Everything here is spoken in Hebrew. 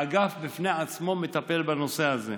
ואגף בפני עצמו מטפל בנושא הזה,